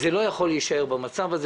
זה לא יכול להישאר במצב הנוכחי,